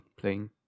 playing